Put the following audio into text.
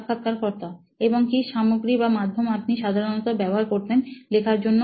সাক্ষাৎকারকর্তা এবং কি সামগ্রী বা মাধ্যম আপনি সাধারণত ব্যবহার করতেন লেখার জন্য